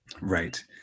right